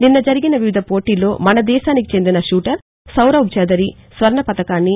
నిన్న జరిగిన వివిధ పోటీల్లో మన దేశానికి చెందిన షూటర్ సౌరభ్ చౌదరి స్వర్ణపతకాన్ని